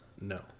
no